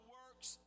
works